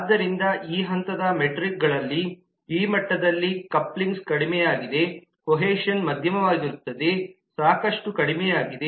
ಆದ್ದರಿಂದ ಈ ಹಂತದ ಮೆಟ್ರಿಕ್ಗಳಲ್ಲಿ ಈ ಮಟ್ಟದಲ್ಲಿ ಕಪ್ಲಿನ್ಗ್ ಕಡಿಮೆಯಾಗಿದೆ ಕೊಹೇಷನ್ ಮಧ್ಯಮವಾಗಿರುತ್ತದೆ ಸಾಕಷ್ಟು ಕಡಿಮೆಯಾಗಿದೆ